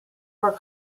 were